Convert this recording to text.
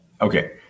okay